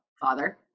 Father